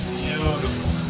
beautiful